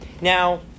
Now